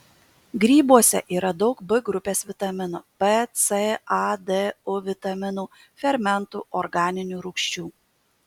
grybuose yra daug b grupės vitaminų p c a d u vitaminų fermentų organinių rūgščių